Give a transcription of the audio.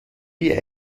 die